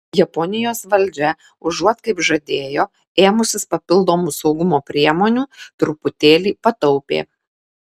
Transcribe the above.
japonijos valdžia užuot kaip žadėjo ėmusis papildomų saugumo priemonių truputėlį pataupė